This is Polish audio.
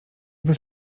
bez